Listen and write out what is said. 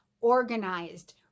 organized